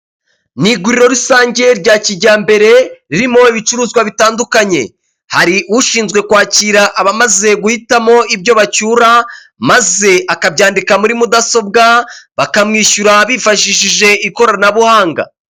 Mu iguriro rusange rya kijyambere ririmo ibicuruzwa bitandukanye hari ushinzwe kwakira abamaze guhitamo ibyo bacyura maze akabyandika muri mudasobwa bakamwishyura bifashishije ikoranabuhanga.